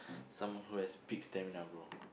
someone who has peak stamina bro